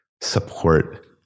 support